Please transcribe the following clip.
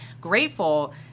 grateful